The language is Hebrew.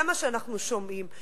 זה מה שאנחנו שומעים.